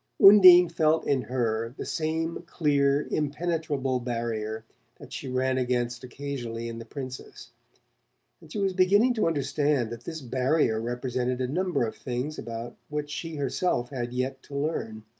undine felt in her the same clear impenetrable barrier that she ran against occasionally in the princess and she was beginning to understand that this barrier represented a number of things about which she herself had yet to learn.